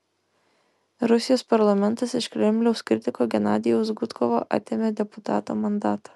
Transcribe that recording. rusijos parlamentas iš kremliaus kritiko genadijaus gudkovo atėmė deputato mandatą